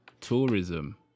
tourism